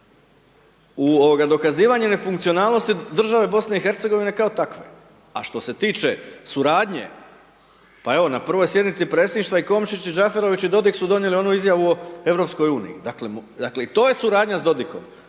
ide u dokazivanje nefunkcionalnosti države Bosne i Hercegovine kao takve. A što se tiče suradnje, pa evo na prvoj sjednici Predsjedništva je Komšić i Džaferović, i Dodik su donijeli onu izjavu o Europskoj uniji, dakle, i to je suradnja sa Dodikom,